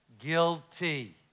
guilty